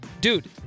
Dude